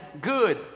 good